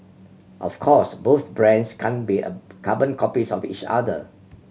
of course both brands can be a carbon copies of each other